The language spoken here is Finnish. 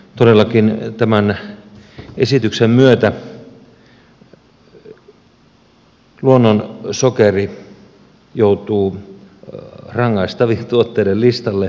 todellakin tämän esityksen myötä luonnonsokeri joutuu rangaistavien tuotteiden listalle